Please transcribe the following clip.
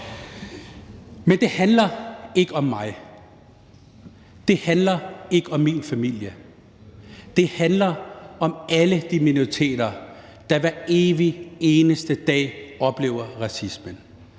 Men det handler ikke om mig, det handler ikke om min familie. Det handler om alle de minoriteter, der hver evig eneste dag oplever racisme.